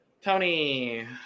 tony